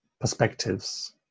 perspectives